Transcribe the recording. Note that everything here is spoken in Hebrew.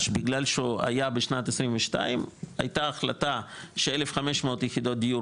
בגלל שהוא היה בשנת 2022 הייתה החלטה ש-1,500 יחידות דיור